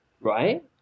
Right